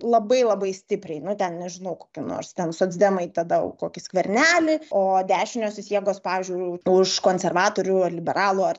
labai labai stipriai nu ten nežinau kokį nors ten socdemai tada jau kokį skvernelį o dešiniosios jėgos pavyzdžiui už konservatorių liberalų ar